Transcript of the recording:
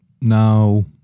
Now